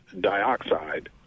dioxide